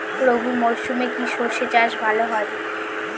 রবি মরশুমে কি সর্ষে চাষ ভালো হয়?